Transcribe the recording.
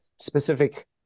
specific